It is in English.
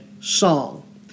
song